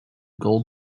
gold